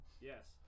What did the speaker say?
Yes